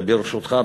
וברשותך,